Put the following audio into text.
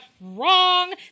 Wrong